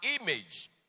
image